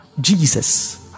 Jesus